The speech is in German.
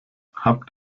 habt